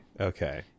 Okay